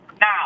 Now